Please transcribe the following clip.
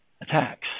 attacks